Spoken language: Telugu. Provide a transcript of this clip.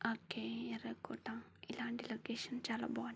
ఓకే ఎర్రకోట ఇలాంటి లొకేషన్స్ చాలా బాగుంటాయి